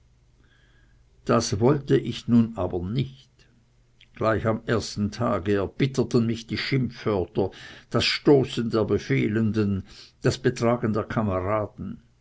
das wollte ich nun aber nicht gleich am ersten tage erbitterten mich die schimpfwörter das stoßen der befehlenden das betragen der kameraden